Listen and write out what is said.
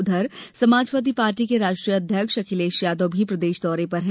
उधर समाजवादी पार्टी के राष्ट्रीय अध्यक्ष अखिलेश यादव भी प्रदेश दौरे पर हैं